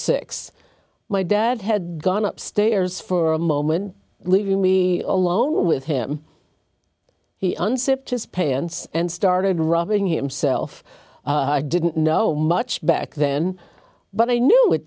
six my dad had gone upstairs for a moment leaving me alone with him he unsub his pants and started rubbing himself i didn't know much back then but i knew it